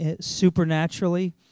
supernaturally